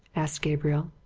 asked gabriel.